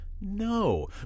No